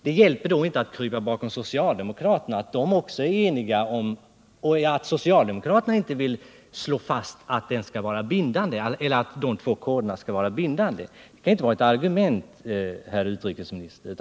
Det hjälper inte att krypa bakom socialdemokraterna och framhålla att de också är eniga och inte vill slå fast att de två koderna skall vara bindande. Det kan inte vara ett argument, herr utrikesminister.